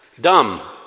Dumb